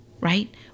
right